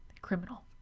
criminal